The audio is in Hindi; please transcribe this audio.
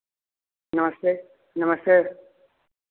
नमस्ते नमस्ते